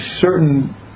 certain